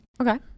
Okay